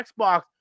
Xbox